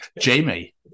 Jamie